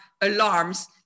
alarms